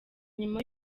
nyuma